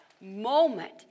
moment